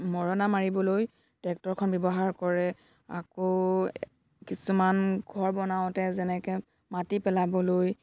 মৰণা মাৰিবলৈ ট্ৰেক্টৰখন ব্যৱহাৰ কৰে আকৌ কিছুমান ঘৰ বনাওঁতে যেনেকৈ মাটি পেলাবলৈ